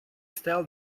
style